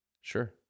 sure